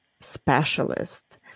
specialist